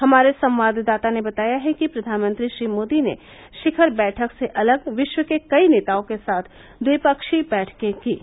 हमारे संवाददाता ने बताया है कि प्रधानमंत्री श्री मोदी ने शिखर बैठक से अलग विश्व के कई नेताओं के साथ द्विपक्षीय बैठकें कीं